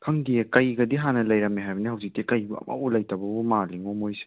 ꯈꯪꯗꯤꯌꯦ ꯀꯩꯒꯗꯤ ꯍꯥꯟꯅ ꯂꯩꯔꯝꯃꯦ ꯍꯥꯏꯕꯅꯦ ꯍꯧꯖꯤꯛꯇꯤ ꯀꯩꯕꯨ ꯑꯃꯕꯧ ꯂꯩꯇꯕꯕꯨ ꯃꯥꯂꯤꯉꯣ ꯃꯣꯏꯁꯦ